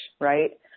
right